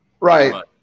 Right